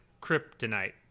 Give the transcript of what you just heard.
kryptonite